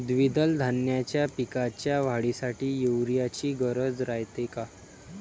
द्विदल धान्याच्या पिकाच्या वाढीसाठी यूरिया ची गरज रायते का?